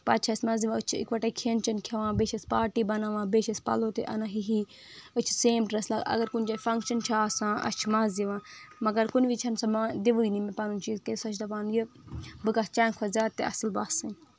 پتہٕ چھِ اَسہِ مزٕ ٖیوان أسۍ چھِ ایکوٹے کھٮ۪ن چٮ۪ن کھٮ۪وان بیٚیہِ چھِ أسۍ پارٹی بناوان بیٚیہِ چھِ أسۍ پلو تہِ اَنان کِہیٖنٛۍ أسۍ چھِ سیٚم ڈریس لاگان اگر کُنہِ جایہِ فنکشن چھِ آسان اَسہِ چھُ مزٕ یوان مگر کُنہِ وِزِ چھَنہٕ سۅ مہٕ دیوانٕے پَنُن چیٖز کیٚنٛہہ سۅ چھِ دپان بہٕ گژھٕ چانہِ کھۅتہٕ زیادٕ تہِ اَصٕل باسٕنۍ